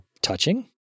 touching